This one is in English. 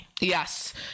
yes